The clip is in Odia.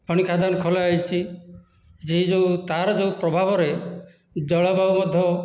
ଖଣି ଖାଦାନ ଖୋଲାଯାଇଛି ଯେ ଯେଉଁ ତା'ର ଯେଉଁ ପ୍ରଭାବରେ ଦଳବଳବଦ୍ଧ